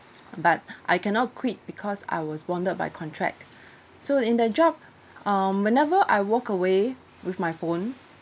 but I cannot quit because I was bonded by contract so in that job um whenever I walk away with my phone